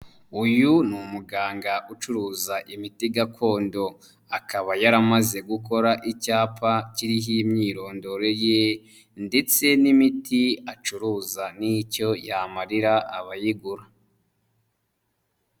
Uyu ni umuganga ucuruza imiti gakondo, akaba yaramaze gukora icyapa kiriho imyirondoro ye ndetse n'imiti acuruza n'icyo yamarira abayigura.